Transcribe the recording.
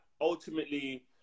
ultimately